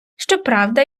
щоправда